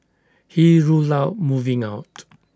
he ruled out moving out